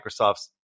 Microsoft's